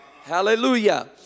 Hallelujah